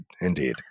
Indeed